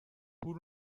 پول